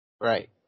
Right